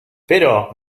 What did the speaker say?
però